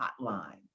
hotline